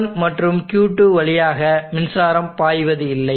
Q1 மற்றும் Q2 வழியாக மின்சாரம் பாய்வது இல்லை